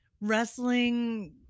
wrestling